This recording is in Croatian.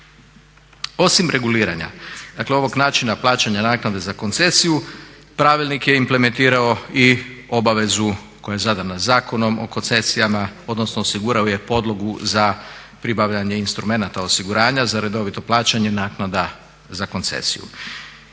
Osim reguliranja dakle ovog načina plaćanja naknade za koncesiju pravilnik je implementirao i obavezu koja je zadana Zakonom o koncesijama odnosno osigurao je podlogu za pribavljanje instrumenata osiguranja za redovito plaćanje naknada za koncesiju.